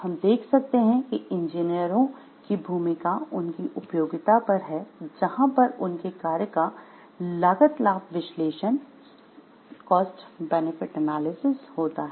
हम देख सकते हैं कि इंजीनियरों की भूमिका उनकी उपयोगिता पर है जहां पर उनके कार्य का "लागत लाभ विश्लेषण" होता है